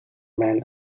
man